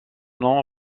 nom